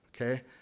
Okay